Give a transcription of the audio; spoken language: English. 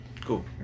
cool